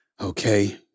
Okay